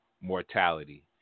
mortality